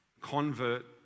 convert